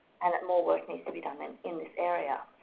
and that more work needs to be done and in this area.